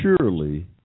surely